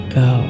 go